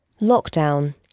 lockdown